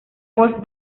voz